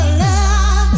love